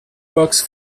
works